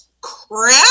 crap